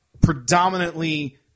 predominantly